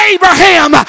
Abraham